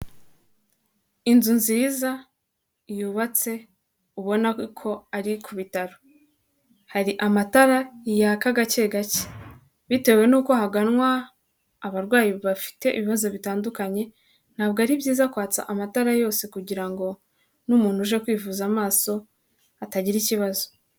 Inzu nziza yubatse ubona ko ari ku bitaro, hari amatara yaka gake gake, bitewe nuko haganwa abarwayi bafite ibibazo bitandukanye, ntabwo ari byiza kwatsa amatara yose kugira ngo n'umuntu uje kwivuza amaso atagira ikibazo.